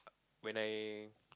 when I